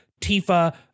Tifa